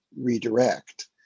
redirect